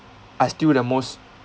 are still the most